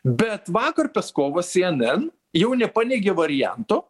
bet vakar peskovas si en en jau nepaneigė varianto